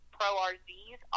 Pro-RZs